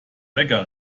lecker